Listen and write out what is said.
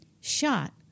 shot